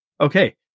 Okay